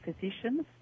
physicians